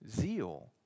zeal